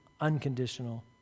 unconditional